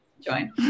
join